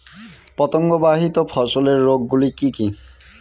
পতঙ্গবাহিত ফসলের রোগ গুলি কি কি?